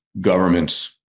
governments